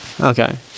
okay